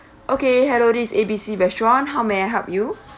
okay hello this is A_B_C restaurant how may I help you